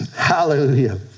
Hallelujah